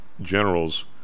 generals